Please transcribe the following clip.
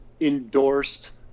endorsed